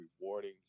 rewarding